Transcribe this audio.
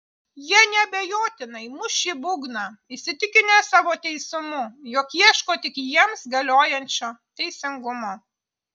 jie neabejotinai muš šį būgną įsitikinę savo teisumu jog ieško tik jiems galiojančio teisingumo